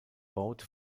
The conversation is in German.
baute